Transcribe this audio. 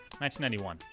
1991